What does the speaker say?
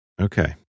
okay